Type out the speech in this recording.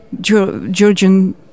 Georgian